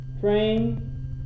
train